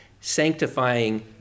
sanctifying